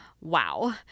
Wow